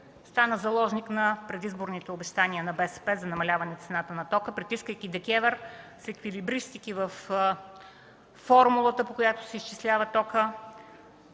стана заложник на предизборните обещания на БСП за намаляване цената на тока, притискайки ДКЕВР с еквилибристики във формулата, по която се изчислява токът.